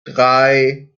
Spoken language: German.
drei